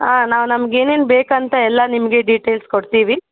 ಹಾಂ ನಾವು ನಮಗೇನೇನು ಬೇಕಂತ ಎಲ್ಲ ನಿಮಗೆ ಡೀಟೇಲ್ಸ್ ಕೊಡ್ತೀವಿ